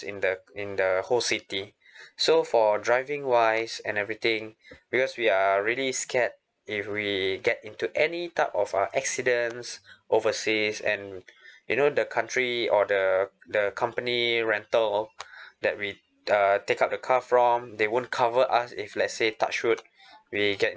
in the in the whole city so for driving wise and everything because we are really scared if we get into any type of uh accidents overseas and you know the country or the the company rental that we uh take up the car from they won't cover us if lets say touch wood we get